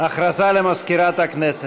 הודעה למזכירת הכנסת.